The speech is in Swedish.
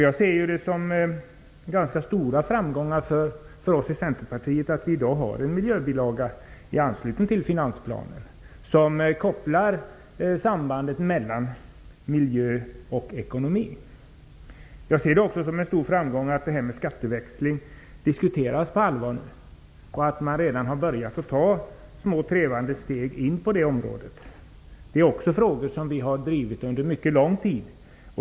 Jag anser att det är en ganska stor framgång för oss i Centerpartiet att vi i dag har en miljöbilaga i anslutning till finansplanen. Den kopplar sambandet mellan miljö och ekonomi. Jag anser också att det är en stor framgång att detta med skatteväxling nu diskuteras på allvar. Man har redan börjat ta små trevande steg på det området. Det är också frågor som vi har drivit under mycket lång tid.